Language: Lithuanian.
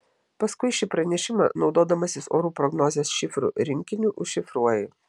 paskui šį pranešimą naudodamasis orų prognozės šifrų rinkiniu užšifruoji